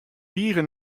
tige